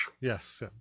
Yes